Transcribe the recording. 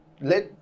let